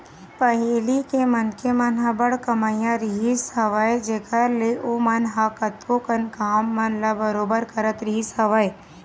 पहिली के मनखे मन ह बड़ कमइया रहिस हवय जेखर ले ओमन ह कतको कन काम मन ल बरोबर करत रहिस हवय